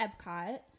Epcot